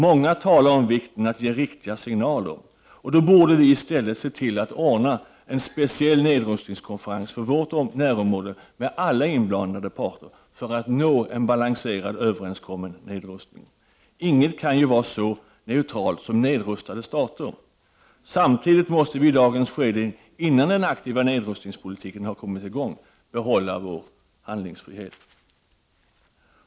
Många talar om vikten av att ge riktiga signaler. Vi borde i stället se till att ordna en speciell nedrustningskonferens för vårt närområde med alla inblandade parter som deltagare, i syfte att på detta sätt nå en balanserad överenskommelse i fråga om nedrustningen. Inget kan vara så neutralt som nedrustade stater. Samtidigt måste vi i dagens skede, innan den aktiva nedrustningspolitiken har kommit i gång, behålla vår handlingsfrihet.